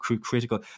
critical